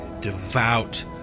devout